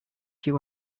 you